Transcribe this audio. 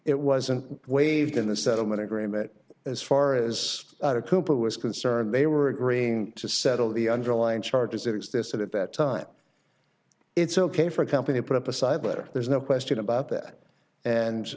it wasn't waived in the settlement agreement as far as cooper was concerned they were agreeing to settle the underlying charges that existed at that time it's ok for a company put up a site better there's no question about that and